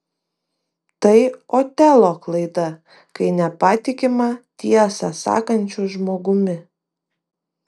tai otelo klaida kai nepatikima tiesą sakančiu žmogumi